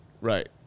Right